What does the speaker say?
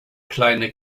kleine